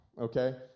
okay